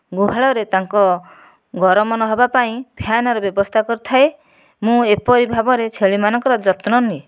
ଗୁହାଳରେ ତାଙ୍କ ଗରମ ନ ହେବାପାଇଁ ଫ୍ୟାନ୍ର ବ୍ୟବସ୍ଥା କରିଥାଏ ମୁଁ ଏପରି ଭାବରେ ଛେଳିମାନଙ୍କର ଯତ୍ନ ନିଏ